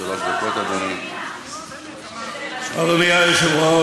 אתה צודק במאה אחוז,